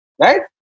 Right